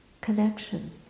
connection